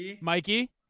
Mikey